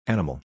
Animal